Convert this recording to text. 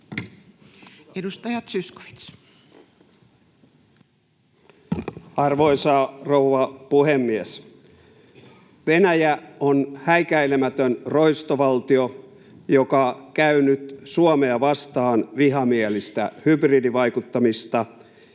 Edustaja Zyskowicz. Arvoisa rouva puhemies! Venäjä on häikäilemätön roistovaltio, joka käy nyt Suomea vastaan vihamielistä hybridivaikuttamista,